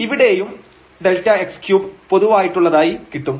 ഇവിടെയും Δx3 പൊതുവായിട്ടുള്ളതായി കിട്ടും